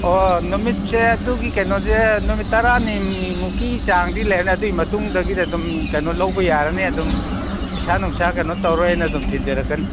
ꯍꯣ ꯅꯨꯃꯤꯠꯁꯦ ꯑꯗꯨꯒꯤ ꯀꯩꯅꯣꯁꯦ ꯅꯨꯃꯤꯠ ꯇꯔꯥꯅꯤꯃꯨꯛꯀꯤ ꯆꯥꯡꯗꯤ ꯂꯩꯔꯅꯤ ꯑꯗꯨꯏ ꯃꯇꯨꯡꯗꯒꯤꯗꯤ ꯑꯗꯨꯝ ꯀꯩꯅꯣ ꯂꯧꯕ ꯌꯥꯔꯅꯤ ꯑꯗꯨꯝ ꯄꯩꯁꯥ ꯅꯨꯡꯁꯥ ꯀꯩꯅꯣ ꯇꯧꯔꯒ ꯑꯩꯅ ꯑꯗꯨꯝ ꯊꯤꯟꯖꯔꯛꯀꯅꯤ